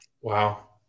Wow